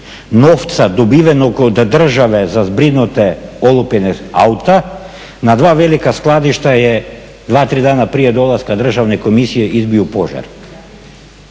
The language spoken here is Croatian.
novca dobivenog od države za zbrinute olupine auta na dva velika skladišta je dva, tri dana prije dolaska državne komisije izbio požar.